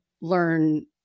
learn